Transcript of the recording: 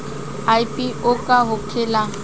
IPO का होखेला?